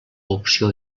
opció